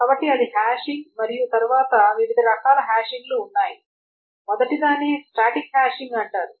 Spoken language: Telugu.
కాబట్టి అది హ్యాషింగ్ మరియు తరువాత వివిధ రకాల హ్యాషింగ్లు ఉన్నాయి మొదటిదాన్ని స్టాటిక్ హ్యాషింగ్ అంటారు